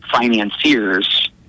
financiers